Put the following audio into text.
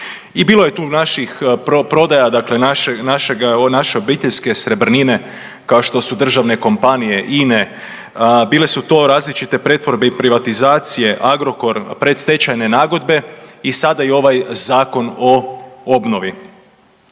I bilo je tu naših prodaja, dakle naše obiteljske srebrnine kao što su državne kompanije INA, bile su to različite pretvorbe i privatizacije Agrokor, predstečajne nagodbe i sada i ovaj Zakon o obnovi.